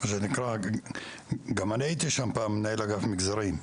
גם אני הייתי שם פעם מנהל אגף מגזרים.